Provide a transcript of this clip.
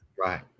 Right